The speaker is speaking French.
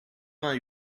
vingt